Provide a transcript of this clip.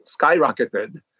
skyrocketed